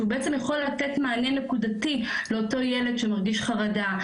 שהוא בעצם יכול לתת מענה נקודתי לאותו ילד שמרגיש חרדה,